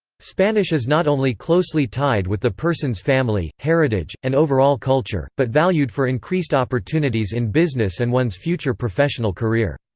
spanish is not only closely tied with the person's family, heritage, and overall culture, but valued for increased opportunities in business and one's future professional career.